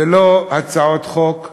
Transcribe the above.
זה לא הצעות חוק,